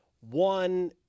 one